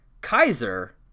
Kaiser